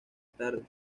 tarde